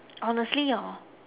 honestly hor